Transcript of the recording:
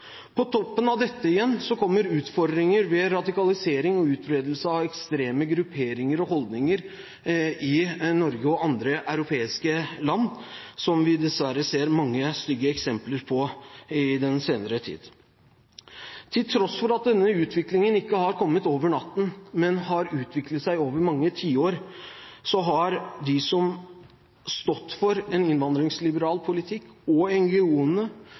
På toppen av dette igjen kommer utfordringer med radikalisering og utbredelse av ekstreme grupperinger og holdninger i Norge og andre europeiske land, noe vi dessverre har sett mange stygge eksempler på i den senere tid. Til tross for at denne utviklingen ikke har kommet over natten, men har utviklet seg over mange tiår, har de som har stått for en innvandringsliberal politikk, og